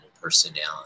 personality